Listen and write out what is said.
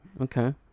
Okay